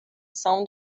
são